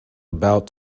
about